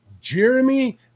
Jeremy